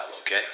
okay